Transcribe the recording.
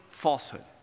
falsehood